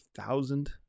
thousand